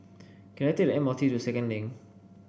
can I take the M R T to Second Link